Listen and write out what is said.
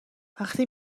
وقتی